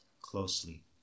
closely